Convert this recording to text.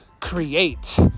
create